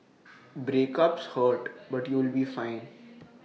breakups hurt but you'll be fine